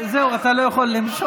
זהו, אתה לא יכול למשוך.